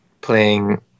playing